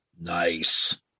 Nice